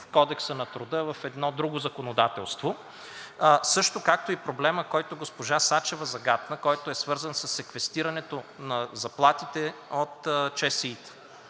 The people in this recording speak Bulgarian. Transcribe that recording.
в Кодекса на труда, а в едно друго законодателство. Също както и проблемът, който госпожа Сачева загатна, който е свързан със секвестирането на заплатите от ЧСИ-та.